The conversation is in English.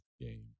game